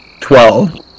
Twelve